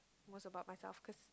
most about myself cause